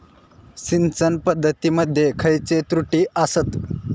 सिंचन पद्धती मध्ये खयचे त्रुटी आसत?